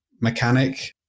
mechanic